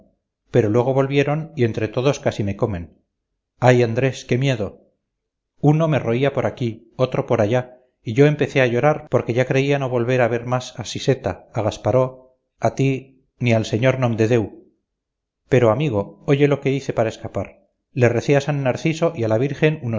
pero luego volvieron y entre todos casi me comen ay andrés qué miedo uno me roía por aquí otro por allá y yo empecé a llorar porque ya creía no volver a ver más a siseta a gasparó a ti ni al sr nomdedeu pero amigo oye lo que hice para escapar le recé a san narciso y a la virgen